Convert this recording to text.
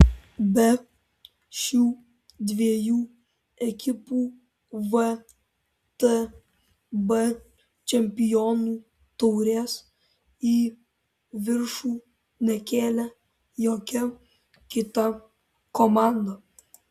be šių dviejų ekipų vtb čempionų taurės į viršų nekėlė jokia kita komanda